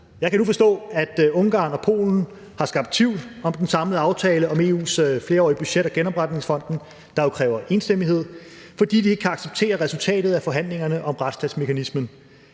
Jeg kan nu forstå, at Ungarn og Polen har skabt tvivl om den samlede aftale om EU's flerårige budget og genopretningsfonden, der jo kræver enstemmighed, fordi de ikke kan acceptere resultatet af forhandlingerne om retsstatsmekanismen.